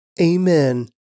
Amen